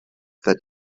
that